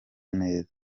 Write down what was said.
neza